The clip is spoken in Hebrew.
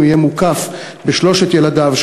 לו שבחייו המאוחרים יהיה מוקף בשלושת ילדיו,